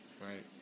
right